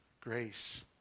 Grace